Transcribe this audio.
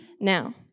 Now